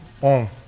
on